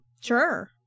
Sure